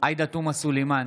עאידה תומא סלימאן,